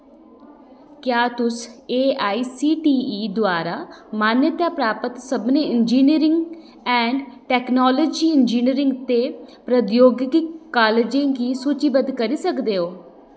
क्या तुस एआईसीटीई द्वारा मान्यता प्राप्त सभनें इंजीनियरिंग ऐंड टैक्नालोजी इंजीनियरिंग ते प्रौद्योगिकी कालजें गी सूचीबद्ध करी सकदे ओ